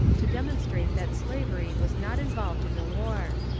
to demonstrate that slavery was not involved in the war.